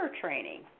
training